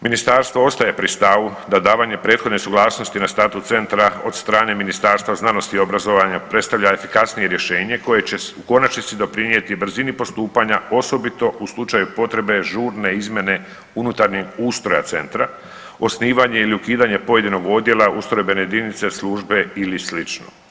Ministarstvo ostaje pri stavu da davanje prethodne suglasnosti na statut centra od strane Ministarstva znanosti i obrazovanja predstavlja efikasnije rješenje koje će u konačnici doprinijeti brzini postupanja osobito u slučaju potrebe žurne izmjene unutarnjeg ustroja centra osnivanje ili ukidanje pojedinog odjela ustrojbene jedinice, službe ili slično.